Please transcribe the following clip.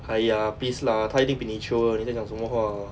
!aiya! please lah 她一定比你 chio 的你在讲什么话